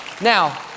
Now